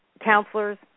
counselors